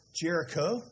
Jericho